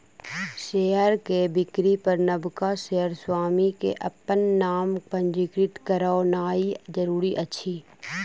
share के बिक्री पर नबका शेयर स्वामी के अपन नाम पंजीकृत करौनाइ जरूरी अछि